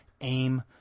AIM